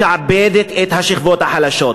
ומשעבדת את השכבות החלשות.